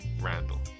Randall